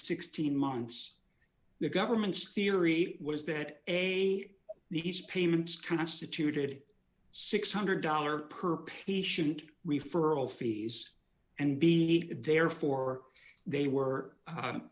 sixteen months the government's theory was that a these payments constituted six hundred dollars per patient referral fees and be therefore they were